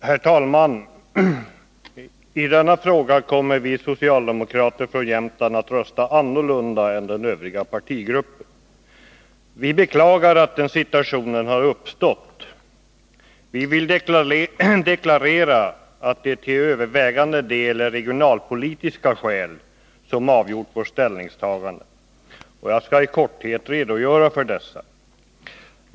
Herr talman! I denna fråga kommer vi socialdemokrater från Jämtland att rösta annorlunda än den övriga partigruppen. Vi beklagar att den situationen har uppstått. Vi vill deklarera, att det till övervägande del är regionalpolitiska skäl som avgjort vårt ställningstagande, och jag skall i korthet redogöra för dessa.